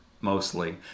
mostly